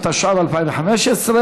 התשע"ו 2015,